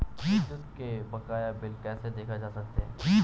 विद्युत के बकाया बिल कैसे देखे जा सकते हैं?